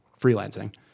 freelancing